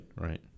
Right